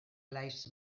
lives